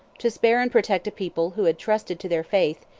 to spare and protect a people who had trusted to their faith,